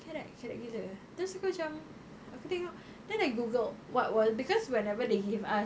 kerek kerek gila terus aku macam aku tengok then I googled what was because whenever they give us